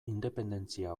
independentzia